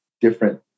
different